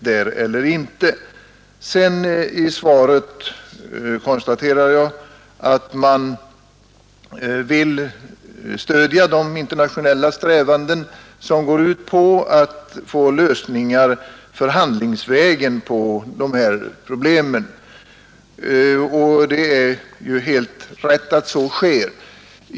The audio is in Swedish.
Sedan konstaterar jag av svaret att regeringen vill stödja de internationella strävanden som går ut på att förhandlingsvägen nå lösningar på dessa problem. Det är givetvis helt riktigt att gå den vägen.